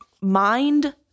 mind